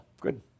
Good